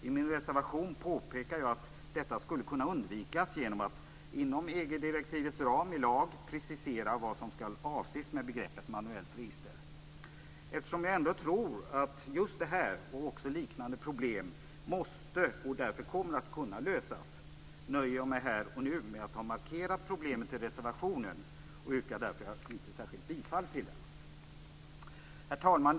I min reservation påpekar jag att detta skulle kunna undvikas genom att, inom EG-direktivets ram, i lag precisera vad som skall avses med begreppet manuellt register. Eftersom jag ändå tror att detta och liknande problem måste och därför kommer att kunna lösas, nöjer jag mig här och nu med att ha markerat problemet i reservationen och yrkar därför inte särskilt bifall till denna. Herr talman!